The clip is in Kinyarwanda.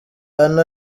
anna